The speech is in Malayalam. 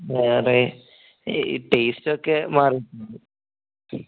വേറെ ഈ ടേസ്റ്റൊക്കെ മാറി